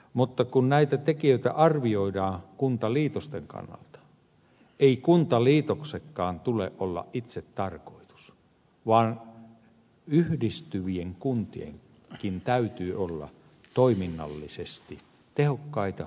mutta kun näitä tekijöitä arvioidaan kuntaliitosten kannalta ei kuntaliitostenkaan tule olla itsetarkoitus vaan yhdistyvienkin kuntien täytyy olla toiminnallisesti tehokkaita ja kannattavia